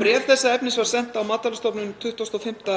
Bréf þessa efnis var sent á Matvælastofnun 25.